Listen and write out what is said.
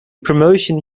promotion